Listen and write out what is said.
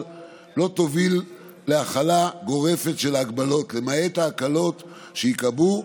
לא תוביל להחלה גורפת של ההגבלות למעט ההקלות שייקבעו,